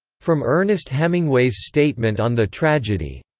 from ernest hemingway's statement on the tragedy.